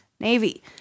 Navy